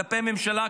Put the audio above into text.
כלפי הממשלה,